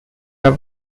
are